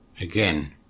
again